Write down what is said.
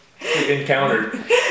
Encountered